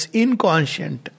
inconscient